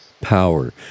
power